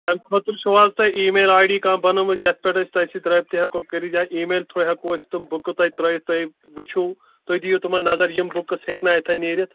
اَمہِ خٲطرٕ چھُ حظ تۄہہِ ای میل آے ڈی کانٛہہ بنٲومٕژ یَتھ پیٚٹھ أسۍ تۄہہِ سۭتۍ رٲبطہٕ ہیٚکو کٔرِتھ یا ای میل تھرٛوٗ ہیٚکو أسۍ تِم بُکہٕ تۄہہِ ترٛٲوِتھ تۄہہِ وُچھُو تُہۍ دِیِو تِمَن نظر یِم بُکٕس ہیٚکنا اَتھیٚن نیٖرِتھ